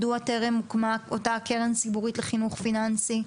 מדוע טרם הוקמה אותה קרן ציבורית לחינוך פיננסי.